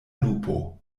lupo